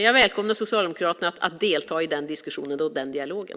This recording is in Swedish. Jag välkomnar Socialdemokraterna att delta i diskussionen och dialogen.